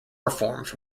performed